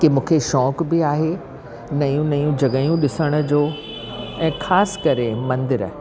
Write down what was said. की मूंखे शौक़ बि आहे नयूं नयूं जॻहियूं ॾिसण जो ऐं ख़ासि करे मंदर